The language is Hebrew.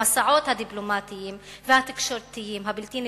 המסעות הדיפלומטיים והתקשורתיים הבלתי נפסקים,